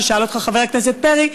ששאל אותך חבר הכנסת פרי,